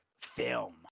film